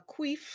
queef